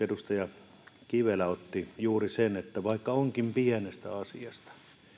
edustaja kivelältä joka otti esiin juuri sen että vaikka onkin pienestä asiasta